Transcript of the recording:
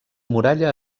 muralla